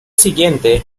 siguiente